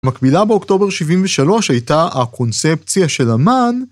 מקבילה באוקטובר 73 הייתה הקונספציה של אמן